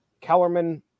Kellerman